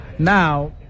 Now